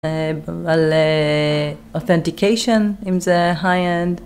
אבל Authentication, אם זה High-End.